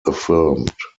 affirmed